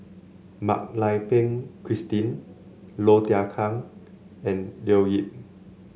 Mak Lai Peng Christine Low Thia Khiang and Leo Yip